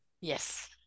Yes